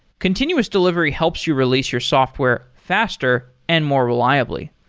continuous delivery helps you release your software faster and more reliably.